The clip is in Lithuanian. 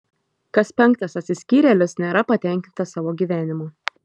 kas penktas atsiskyrėlis nėra patenkintas savo gyvenimu